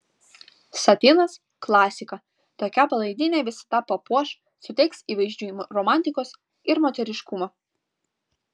satinas klasika tokia palaidinė visada papuoš suteiks įvaizdžiui romantikos ir moteriškumo